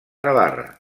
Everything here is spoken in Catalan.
navarra